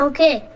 Okay